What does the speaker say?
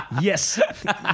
Yes